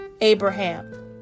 Abraham